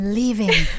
leaving